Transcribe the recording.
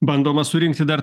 bandoma surinkti dar